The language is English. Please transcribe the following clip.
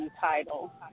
title